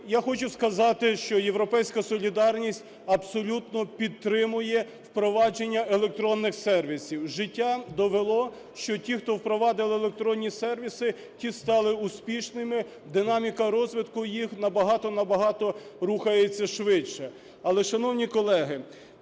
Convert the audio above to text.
я хочу сказати, що "Європейська солідарність" абсолютно підтримує впровадження електронних сервісів. Життя довело, що ті, хто впровадили електронні сервіси, ті стали успішними, динаміка розвитку їх набагато-набагато рухається швидше. Але, шановні колеги,